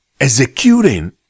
Executing